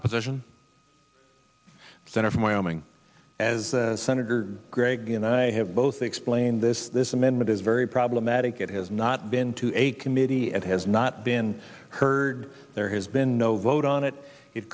opposition center from wyoming as senator gregg and i have both explained this this amendment is very problematic it has not been to a committee and has not been heard there has been no vote on it it